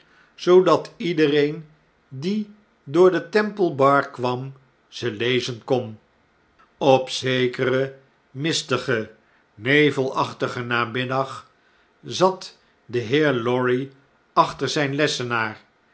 zoodat iedereen dier door de tempi e b a r kwam ze lezen kon op zekeren mistigen nevelachtigen namiddag zat de heer lorry achter znn lessenaar